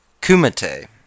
Kumite